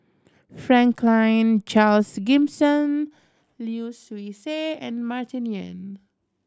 Franklin Charles Gimson Lim Swee Say and Martin Yan